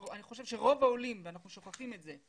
אני חושב שרוב העולים, ואנחנו שוכחים זאת,